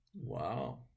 Wow